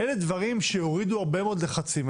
אלה דברים שיורידו הרבה מאוד לחצים.